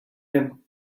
him